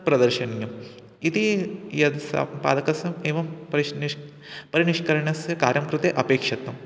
प्रदर्शनीयम् इति यद् सम्पादकस्य एवं परिष् निष् परिनिष्करणस्य कार्यं कृते अपेक्षतम्